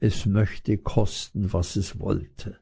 es möchte kosten was es wollte